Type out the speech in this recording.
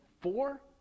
four